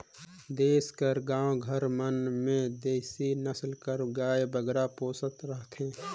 देस कर गाँव घर मन में देसी नसल कर गाय बगरा पोसे रहथें